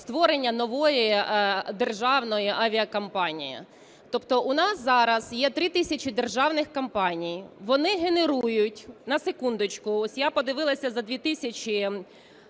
створення нової державної авіакомпанії. Тобто в нас зараз є 3 тисячі державних компаній, вони генерують, на секундочку, ось я подивилася за 2020